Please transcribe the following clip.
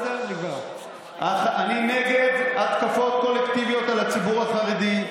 אני נגד התקפות קולקטיביות על הציבור החרדי.